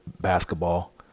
basketball